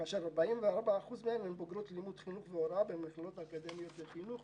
כאשר 44% מהן בוגרות לימוד חינוך והוראה במכללות אקדמיות לחינוך.